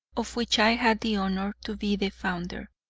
of which i had the honor to be the founder,